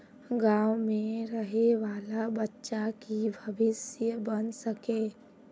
गाँव में रहे वाले बच्चा की भविष्य बन सके?